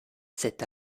cet